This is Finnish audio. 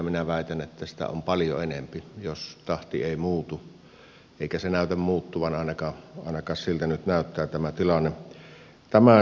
minä väitän että sitä on paljon enempi jos tahti ei muutu eikä se näytä muuttuvan ainakin siltä nyt näyttää tämä tilanne